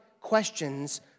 questions